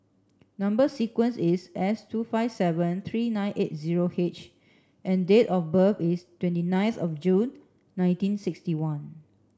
number sequence is S two five seven three nine eight zero H and date of birth is twenty ninth of June nineteen sixty one